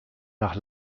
nach